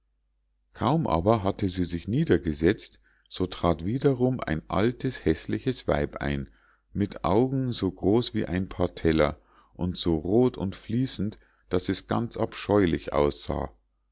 kaum aber hatte sie sich niedergesetzt so trat wiederum ein altes häßliches weib ein mit augen so groß wie ein paar teller und so roth und fließend daß es ganz abscheulich aussah